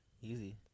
Easy